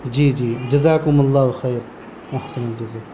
جی جی جزاکم اللہ و خیر و احسن الجزا